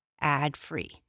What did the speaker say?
ad-free